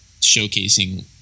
showcasing